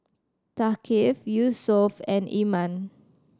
Thaqif Yusuf and Iman